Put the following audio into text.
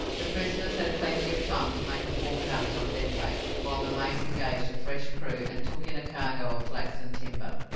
the prisoners had plenty of time to make a forecast of their fate, while the mate engaged a fresh crew and took in a cargo of flax and timber.